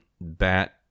bat